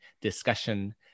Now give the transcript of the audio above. discussion